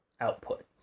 output